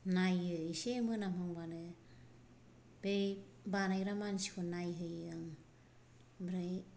नायो इसे मोनामहांबानो बै बानायग्रा मानसिखौ नायहोयो आङो ओमफ्राय